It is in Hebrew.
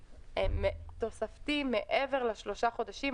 תוספתי מעבר לשלושה חודשים.